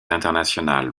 international